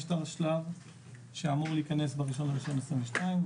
יש השלב שאמור להיכנס ב-1.1.22,